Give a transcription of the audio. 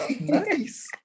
Nice